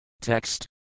Text